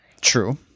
True